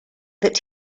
that